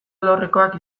alorrekoak